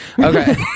Okay